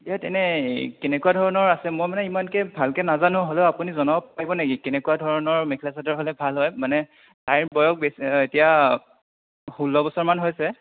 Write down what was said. ইয়াত এনেই কেনেকুৱা ধৰণৰ আছে মই মানে ইমানকৈ ভালকৈ নাজানোঁ হ'লেও আপুনি জনাব পাৰিব নেকি কেনেকুৱা ধৰণৰ মেখেলা চাদৰ হ'লে ভাল হয় মানে তাইৰ বয়স বেছ এতিয়া ষোল্ল বছৰ মান হৈছে